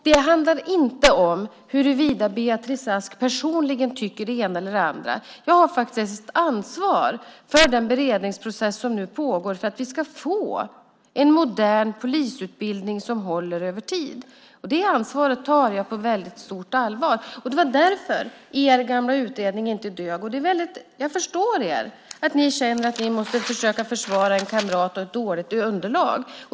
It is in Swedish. Det handlar inte om huruvida Beatrice Ask personligen tycker det ena eller det andra. Jag har faktiskt ansvar för den beredningsprocess som nu pågår för att vi ska få en modern polisutbildning som håller över tid. Det ansvaret tar jag på stort allvar. Därför dög inte er gamla utredning. Jag förstår att ni känner att ni måste försöka försvara en kamrat och ett dåligt underlag.